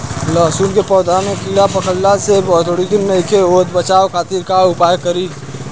लहसुन के पौधा में कीड़ा पकड़ला से बढ़ोतरी नईखे होत बचाव खातिर का उपाय करी?